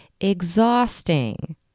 exhausting